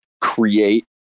create